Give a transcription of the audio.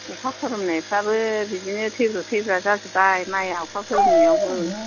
अखा खोरोमनायफ्राबो बिदिनो थैब्रु थैब्रा जाजोबबाय माइआ अखा खोरोमनायावबो